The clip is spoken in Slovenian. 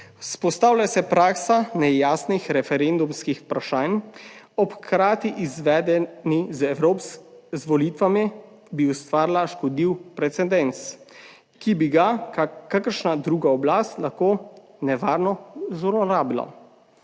Vzpostavlja se praksa nejasnih referendumskih vprašanj ob hkrati izvedeni z volitvami bi ustvarila škodljiv precedens, ki bi ga kakršna druga oblast lahko nevarno zlorabila.